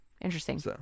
Interesting